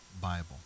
bible